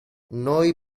noi